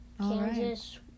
Kansas